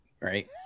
right